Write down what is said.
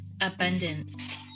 abundance